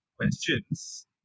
questions